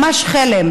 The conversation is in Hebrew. ממש חלם.